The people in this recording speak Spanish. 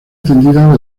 atendida